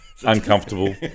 Uncomfortable